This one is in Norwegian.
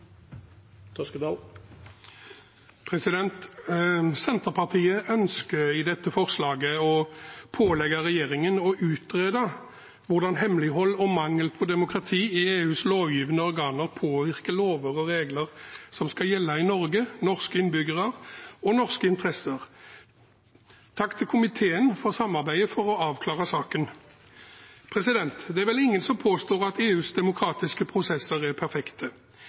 minutter. Senterpartiet ønsker i dette forslaget å pålegge regjeringen å utrede hvordan hemmelighold og mangel på demokrati i EUs lovgivende organer påvirker lover og regler som skal gjelde i Norge, norske innbyggere og norske interesser. Takk til komiteen for samarbeidet for å avklare saken. Det er vel ingen som påstår at EUs demokratiske prosesser er perfekte.